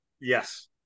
Yes